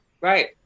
right